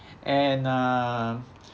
and uh